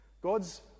God's